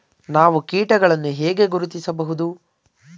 ನಾವು ಕೀಟಗಳನ್ನು ಹೇಗೆ ಗುರುತಿಸಬಹುದು?